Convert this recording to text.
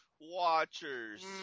Watchers